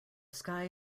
sky